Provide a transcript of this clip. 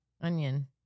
Onion